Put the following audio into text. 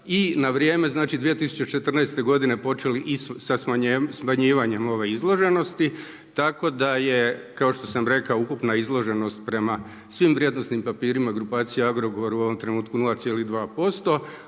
I na vrijeme, znači 2014. godine počeli i sa smanjivanjem ove izloženosti, tako da je kao što sam rekao ukupna izloženost prema svim vrijednosnim papirima grupacije Agrokor u ovom trenutku 0,2%.